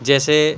جیسے